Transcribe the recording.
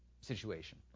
situation